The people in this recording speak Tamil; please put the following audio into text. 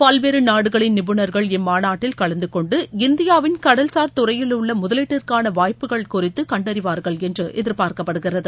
பல்வேறு நாடுகளின் நிபுணர்கள் இம்மாநாட்டில் கலந்தகொண்டு இந்தியாவின் கடல்சார் துறையிலுள்ள முதலீட்டிற்கான வாய்ப்புகள் குறித்து கண்டறிவார்கள் என்று எதிர்பார்க்கப்படுகிறது